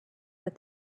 that